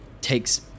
takes